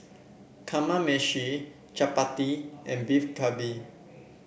Kamameshi Chapati and Beef Galbi